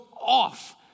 off